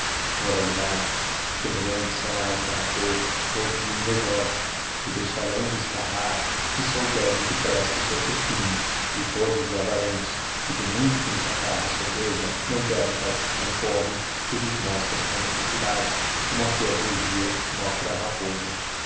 bogia semelhantes são a esta rapoza todos os invejosos que deixarão de escarrar se souberem que presta o seu cuspinho e todos os avarentos que do muito que em sua casa sobeja não querem partir com o pobre que lhes mostra sua necessidade como aíjui a liogia mostra á rapoza